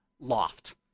loft